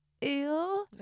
ill